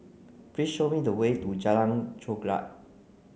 please show me the way to Jalan Chorak